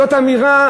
זאת אמירה